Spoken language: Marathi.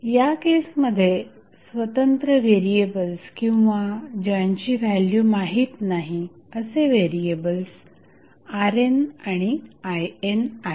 या केसमध्ये स्वतंत्र व्हेरिएबल्स किंवा ज्यांची व्हॅल्यू माहित नाही असे व्हेरिएबल्स RNआणि IN आहेत